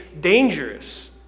dangerous